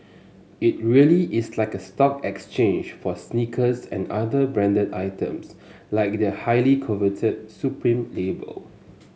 it really is like a stock exchange for sneakers and other branded items like the highly coveted supreme label